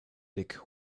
dig